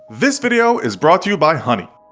this video is brought to you by honey.